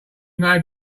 may